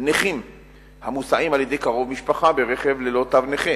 נכים המוסעים על-ידי קרוב משפחה ברכב ללא תו נכה,